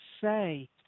say